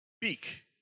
Beak